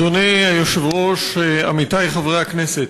אדוני היושב-ראש, עמיתי חברי הכנסת,